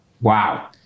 Wow